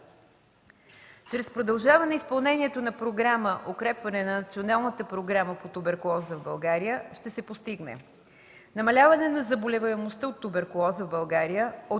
Чрез продължаване изпълнението на Програма „Укрепване на Националната програма по туберкулоза в България” ще се постигне: - намаляване на заболеваемостта от туберкулоза в България